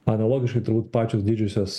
analogiškai turbūt pačios didžiosios